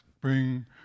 bring